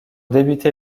débuter